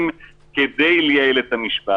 והייתה תמימות